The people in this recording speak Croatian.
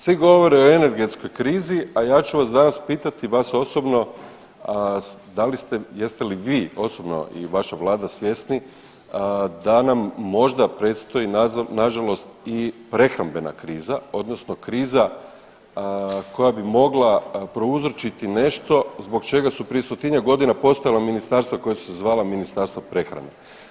Svi govore o energetskoj krizi, a ja ću vas danas pitati vas osobno, da li ste, jeste li vi osobno i vaša vlada svjesni da nam možda predstoji nažalost i prehrambena kriza odnosno kriza koja bi mogla prouzročiti nešto zbog čega su prije 100-tinjak godina postojala ministarstva koja su se zvala ministarstva prehrane.